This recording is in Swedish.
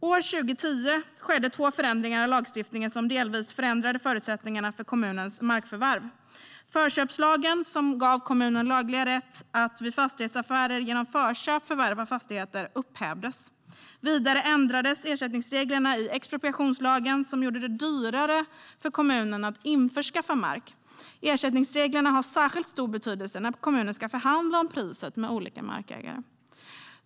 År 2010 skedde två förändringar av lagstiftningen som delvis förändrade förutsättningarna för kommunernas markförvärv. Förköpslagen, som gav kommunen laglig rätt att vid fastighetsaffärer genom förköp förvärva fastigheter, upphävdes. Vidare ändrades ersättningsreglerna i expropriationslagen, vilket gjorde det dyrare för kommunerna att införskaffa mark. Ersättningsreglerna har särskilt stor betydelse när kommunen ska förhandla om priset med olika markägare.